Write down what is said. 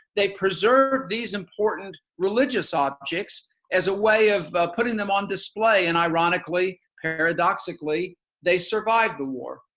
they preserved these important religious objects as a way of putting them on display and ironically, paradoxically they survived the war.